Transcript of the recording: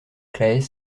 claës